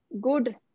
good